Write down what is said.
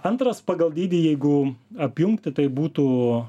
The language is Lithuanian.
antras pagal dydį jeigu apjungti tai būtų